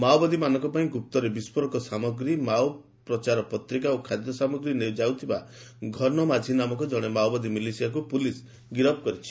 ମାଓବାଦୀମାନଙ୍କ ପାଇଁ ଗୁପ୍ତରେ ବିସ୍କୋରକ ସାମଗ୍ରୀ ମାଓ ପ୍ରଚାର ପତ୍ରିକା ଓ ଖାଦ୍ୟ ସାମଗ୍ରୀ ନେଇ ଯାଉଥିବା ଘନ ମାଝି ନାମକ ଜଣେ ମାଓବାଦୀ ମିଲିସିଆକୁ ପୁଲିସ୍ ଗିରଫ କରିଛି